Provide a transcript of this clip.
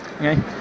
Okay